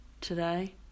today